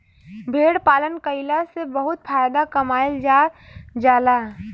भेड़ पालन कईला से बहुत फायदा कमाईल जा जाला